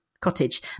Cottage